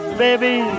baby